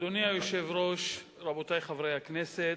אדוני היושב-ראש, רבותי חברי הכנסת,